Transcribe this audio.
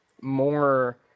more